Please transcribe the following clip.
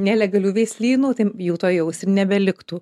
nelegalių veislynų tai jų tuojaus ir nebeliktų